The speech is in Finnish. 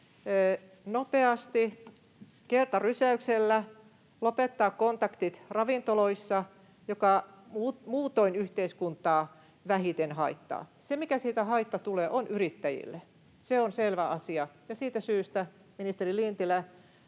nopeasti, kertarysäyksellä lopettaa kontaktit ravintoloissa, mikä muutoin yhteiskuntaa vähiten haittaa. Siitä tulee haittaa yrittäjille, se on selvä asia, ja siitä syystä ministeri Lintilä